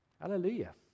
Hallelujah